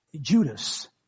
Judas